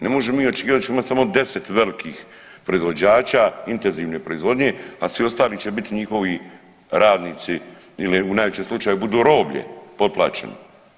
Ne možemo mi očekivati da ćemo imati samo 10 velikih proizvođača intenzivne proizvodnje, a svi ostali će biti njihovi radnici ili u najvećem slučaju budu roblje, potplaćeni.